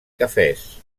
cafès